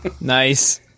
nice